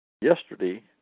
Yesterday